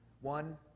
One